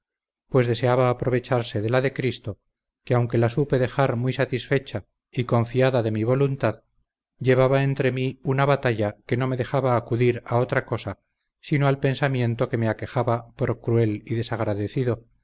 pues deseaba aprovecharse de la de cristo que aunque la supe dejar muy satisfecha y confiada de mi voluntad llevaba entre mí una batalla que no me dejaba acudir a otra cosa sino al pensamiento que me aquejaba por cruel y desagradecido